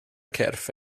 cyrff